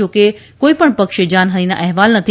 જા કે કોઇપણ પક્ષે જાનહાનિના અહેવાલ નથી